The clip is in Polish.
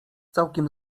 całkiem